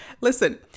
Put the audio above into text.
listen